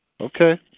Okay